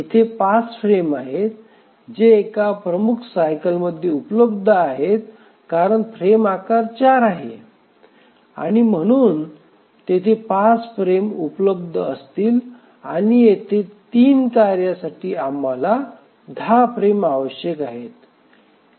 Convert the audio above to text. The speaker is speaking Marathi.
येथे 5 फ्रेम आहेत जे एका प्रमुख सायकलेमध्ये उपलब्ध आहेत कारण फ्रेम आकार 4 आहे आणि म्हणून तेथे 5 फ्रेम उपलब्ध असतील आणि येथे 3 कार्यांसाठी आम्हाला 10 फ्रेम आवश्यक आहेत